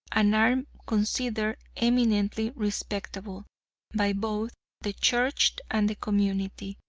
and are considered eminently respectable by both the church and the community.